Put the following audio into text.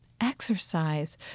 exercise